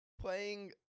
playing